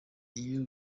iyo